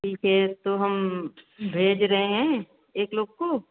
ठीक है तो हम भेज रहे हैं एक लोग को